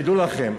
תדעו לכם,